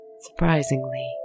surprisingly